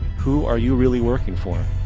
who are you really working for?